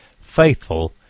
Faithful